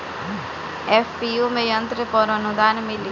FPO में यंत्र पर आनुदान मिँली?